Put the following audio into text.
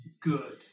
good